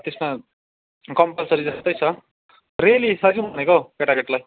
त्यसमा कम्पल्सरी जस्तै छ रेली लैजाउँ भनेको केटाकेटीलाई